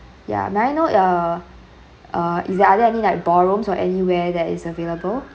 yeah may I know uh uh is there are there any like ballrooms or anywhere that is available